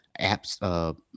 apps